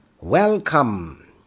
Welcome